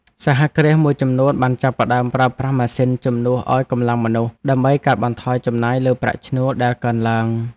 សហគ្រាសមួយចំនួនបានចាប់ផ្តើមប្រើប្រាស់ម៉ាស៊ីនជំនួសឱ្យកម្លាំងមនុស្ស ដើម្បីកាត់បន្ថយចំណាយលើប្រាក់ឈ្នួលដែលកើនឡើង។